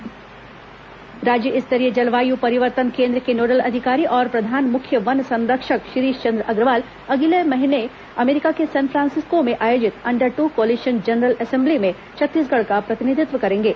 under two coalition general assembly राज्य स्तरीय जलवायु परिवर्तन केन्द्र के नोडल अधिकारी और प्रधान मुख्य वन संरक्षक शिरीष चंद्र अग्रवाल अगले महीने अमेरिका के सेनफ्रांसिस्को में आयोजित under two coalition general assembly में छत्तीसगढ का प्रतिनिधित्व करेंगे